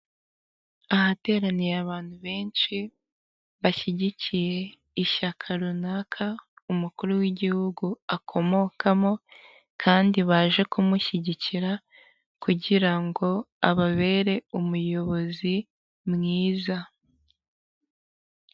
Ahateraniye abantu benshi bashyigikiye ishyaka runaka umukuru w'igihugu akomokamo kandi baje kumushyigikira kugirango ababere umuyobozi mwiza.